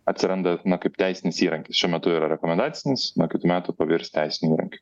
atsiranda kaip teisinis įrankis šiuo metu yra rekomendacinis nuo kitų metų pavirs teisininkiu įrankiu